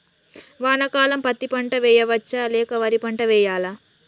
వానాకాలం పత్తి పంట వేయవచ్చ లేక వరి పంట వేయాలా?